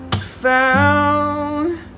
found